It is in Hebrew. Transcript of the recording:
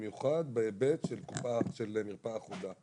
במיוחד בהיבט של מרפאה אחודה.